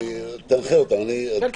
,8, 9,